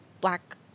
Black